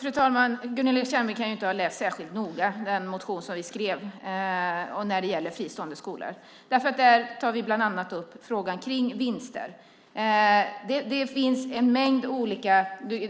Fru talman! Gunilla Tjernberg kan inte särskilt noga ha läst den motion som vi skrev när det gäller fristående skolor. Där tar vi bland annat upp frågan om vinster.